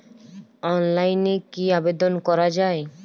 অনলাইনে কি আবেদন করা য়ায়?